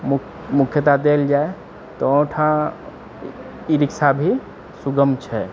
मुख्य मुख्यता देल जाए तऽ ओहिठाम ई रिक्शा भी सुगम छै